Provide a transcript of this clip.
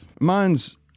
Mine's